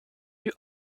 die